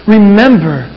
Remember